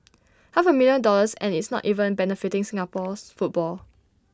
half A million dollars and it's not even benefiting Singapore's football